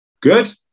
good